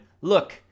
Look